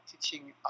teaching